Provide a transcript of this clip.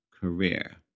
career